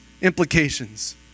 implications